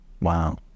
Wow